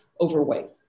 overweight